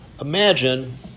imagine